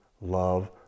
love